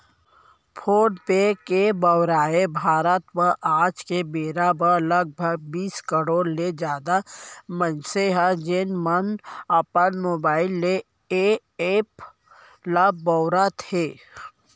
phone पे के बउरइया भारत म आज के बेरा म लगभग बीस करोड़ ले जादा मनसे हें, जेन मन अपन मोबाइल ले ए एप ल बउरत हें